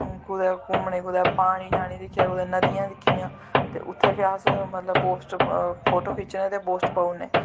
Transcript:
कुदै घूमने कुदै पानी शानी दिक्खेआ कुदै नदियां दिक्खियां ते उत्थें बी अस मतलव पोस्ट फोटो खिच्चने ते पोस्ट पाई ओड़ने